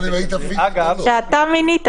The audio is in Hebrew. שאתה מינית.